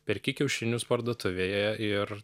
perki kiaušinius parduotuvėje ir